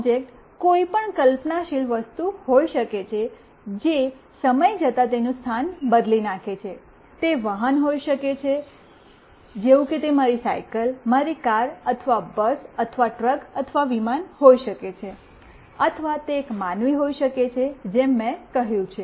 object કોઈપણ કલ્પનાશીલ વસ્તુ હોઈ શકે છે જે સમય જતાં તેનું સ્થાન બદલી નાખે છે તે વાહન હોઈ શકે છે જેવું કે તે મારી સાયકલ મારી કાર અથવા બસ અથવા ટ્રક અથવા વિમાન હોઈ શકે છે અથવા તે એક માનવી હોઈ શકે છે જેમ મેં કહ્યું છે